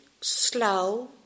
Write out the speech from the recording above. slow